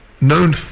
known